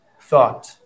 thought